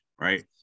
right